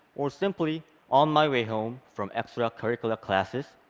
or simply on my way home from extracurricular classes,